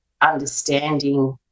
understanding